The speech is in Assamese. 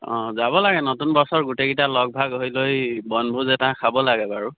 অঁ যাব লাগে নতুন বছৰ গোটেইকেইটা লগ ভাগ হৈ লৈ বনভোজ এটা খাব লাগে বাৰু